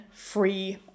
free